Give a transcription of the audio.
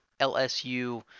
LSU